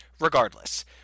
regardless